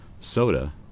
soda